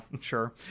sure